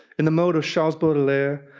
in the mode of charles baudelaire,